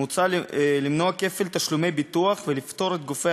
מוצע למנוע כפל תשלומי ביטוח ולפטור את גופי